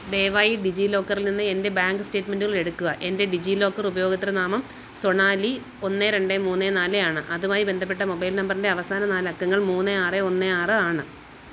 ദയവായി ഡിജിലോക്കറിൽ നിന്ന് എൻ്റെ ബാങ്ക് സ്റ്റേറ്റ്മെൻറ്റുകൾ എടുക്കുക എൻ്റെ ഡിജിലോക്കർ ഉപയോക്തൃനാമം സൊണാലി ഒന്ന് രണ്ട് മൂന്ന് നാല് ആണ് അതുമായി ബന്ധപ്പെട്ട മൊബൈൽ നമ്പറിൻ്റെ അവസാന നാലക്കങ്ങൾ മൂന്ന് ആറ് ഒന്ന് ആറ് ആണ്